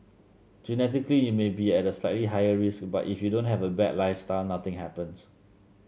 genetically you may be at a slightly higher risk but if you don't have a bad lifestyle nothing happens